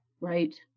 right